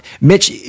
Mitch